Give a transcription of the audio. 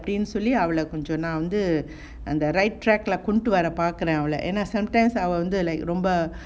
சொல்லி அவள கொஞ்சம் நான் வந்து:solli avala konjam naan vanthu right track lah கொண்டு வர பாக்றேன்:kondu vara pakren and ah sometimes I wonder like அவ வந்து ரொம்ப:ava vanthu romba